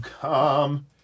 come